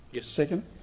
second